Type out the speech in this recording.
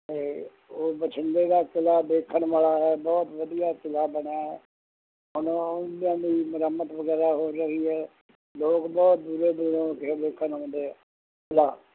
ਅਤੇ ਉਹ ਬਠਿੰਡੇ ਦਾ ਕਿਲ੍ਹਾ ਦੇਖਣ ਵਾਲਾ ਹੈ ਬਹੁਤ ਵਧੀਆ ਕਿਲ੍ਹਾ ਬਣਿਆ ਹੈ ਹੁਣ ਉਹਨਾਂ ਦੀ ਮੁਰੰਮਤ ਵਗੈਰਾ ਹੋ ਰਹੀ ਹੈ ਲੋਕ ਬਹੁਤ ਦੂਰੋਂ ਦੂਰੋਂ ਇਹ ਦੇਖਣ ਆਉਂਦੇ ਹੈ ਕਿਲ੍ਹਾ